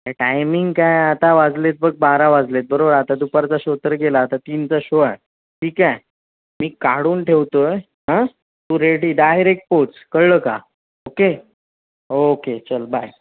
काय टायमिंग काय आता वाजले आहेत बघ बारा वाजले आहेत बरोबर आता दुपारचा शो तर गेला आता तीनचा शो आहे ठीक आहे मी काढून ठेवतो आहे हां तू रेडी डायरेक पोहोच कळलं का ओके ओके चल बाय